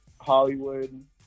Hollywood